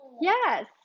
Yes